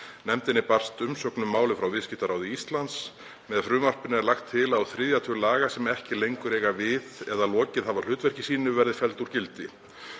Nefndinni barst umsögn um málið frá Viðskiptaráði Íslands. Með frumvarpinu er lagt til að á þriðja tug laga sem ekki lengur eiga við eða lokið hafa hlutverki sínu verði felld úr gildi.